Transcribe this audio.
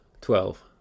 Twelve